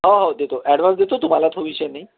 हो हो देतो ॲडवान देतो तुम्हाला तो विषय नाही